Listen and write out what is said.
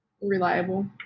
Reliable